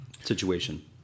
situation